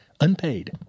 unpaid